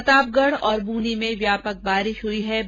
प्रतापगढ और बूंदी में व्यापक बारिश हुई हे